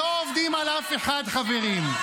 אתם לא עובדים על אף אחד, חברים.